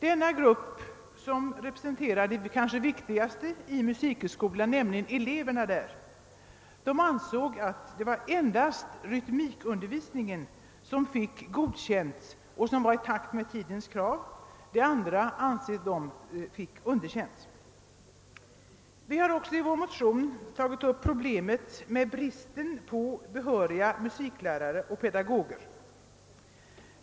Denna grupp, som representerar det kanske allra viktigaste vid musikhögskolan, nämligen eleverna där, anser att endast rytmikundervisningen har utvecklats i takt med tidens krav och kan godkännas. Övrig undervisning underkänner de. I vår motion har vi också tagit upp problemet med bristen på övriga musiklärare och pedagoger.